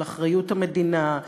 על אחריות המדינה,